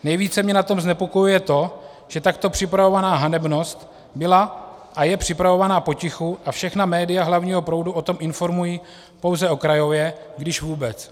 Nejvíce mě na tom znepokojuje to, že takto připravovaná hanebnost byla a je připravována potichu a všechna média hlavního proudu o tom informují pouze okrajově, pokud vůbec.